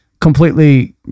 completely